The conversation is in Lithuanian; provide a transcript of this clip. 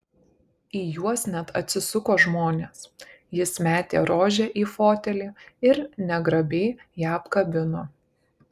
į juos net atsisuko žmonės jis metė rožę į fotelį ir negrabiai ją apkabino